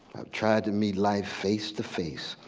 tried to meet life face to face.